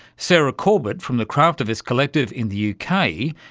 sarah corbett from the craftivist collective in the uk, kind of yeah